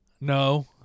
No